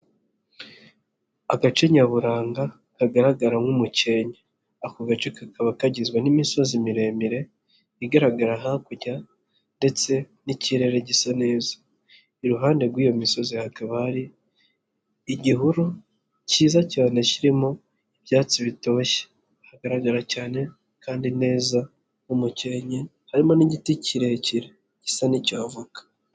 Agace nyaburanga kagaragaramo umukenke. Ako gace kakaba kagizwe n'imisozi miremire, igaragara hakurya ndetse n'ikirere gisa neza. Iruhande rw'iyo misozi hakaba hari igihuru cyiza cyane kirimo ibyatsi bitoshye. Hagaragara cyane kandi neza umukenke, harimo n'igiti kirekire gisa nk'icy'avoka.